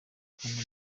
canada